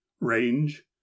Range